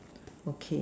okay